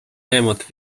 nemad